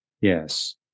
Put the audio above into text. Yes